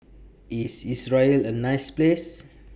IS Israel A nice Place